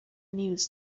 news